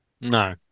No